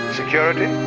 security